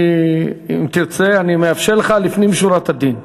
אם תרצה, אני מאפשר לך לפנים משורת הדין.